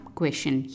question